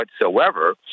whatsoever